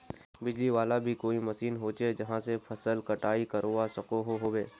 बिजली वाला भी कोई मशीन होचे जहा से फसल कटाई करवा सकोहो होबे?